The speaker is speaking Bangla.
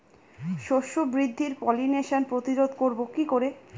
শস্য বৃদ্ধির পলিনেশান প্রতিরোধ করব কি করে?